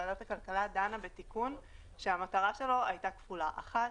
ועדת הכלכלה דנה בתיקון שמטרתו הייתה כפולה: אחת,